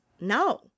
no